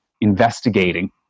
investigating